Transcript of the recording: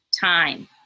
time